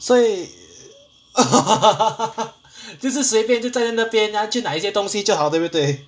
所以 就是随便就站在那边就拿一些东西就好对不对